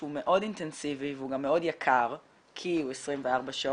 שהוא מאוד אינטנסיבי והוא גם מאוד יקר כי הוא 24 שעות